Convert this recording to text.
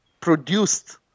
produced